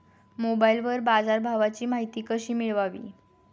मोबाइलवर बाजारभावाची माहिती कशी मिळवावी?